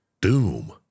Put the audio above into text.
Doom